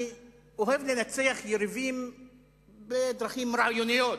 אני אוהב לנצח יריבים בדרכים רעיוניות,